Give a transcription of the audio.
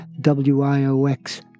WIOX